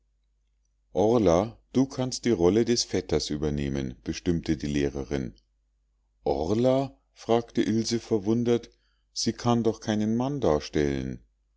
du kannst die rolle des vetters übernehmen bestimmte die lehrerin orla fragte ilse verwundert sie kann doch keinen mann darstellen